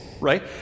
right